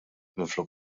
minflok